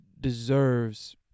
deserves